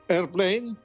Airplane